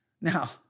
Now